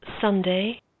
Sunday